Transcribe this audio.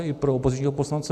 I pro opozičního poslance?